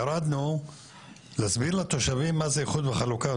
ירדנו להסביר לתושבים מה זה איחוד וחלוקה.